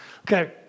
Okay